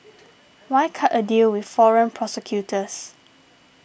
why cut a deal with foreign prosecutors